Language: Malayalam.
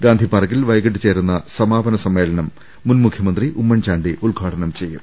ഗാന്ധിപാർക്കിൽ വൈകീട്ട് ചേരുന്ന സമാപന സമ്മേളനം മുൻമുഖ്യമന്ത്രി ഉമ്മൻചാണ്ടി ഉദ്ഘാടനം ചെയ്യും